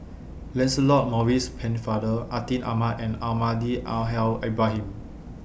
Lancelot Maurice Pennefather Atin Amat and Almahdi Al Haj Ibrahim